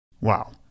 Wow